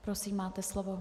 Prosím, máte slovo.